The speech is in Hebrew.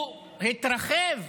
הוא התרחב,